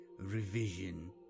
Revision